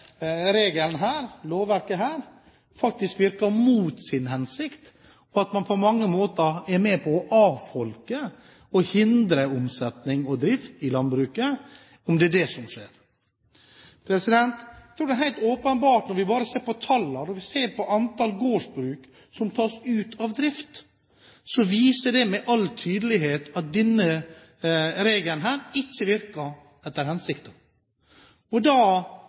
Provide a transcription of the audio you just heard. lovverket faktisk virker mot sin hensikt, og at man på mange måter er med på å avfolke og hindre omsetning og drift i landbruket? Er det det som skjer? Når man ser på tallene, antall gårdsbruk som tas ut av drift, viser det med all tydelighet at denne regelen ikke virker etter hensikten. Da